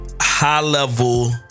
High-level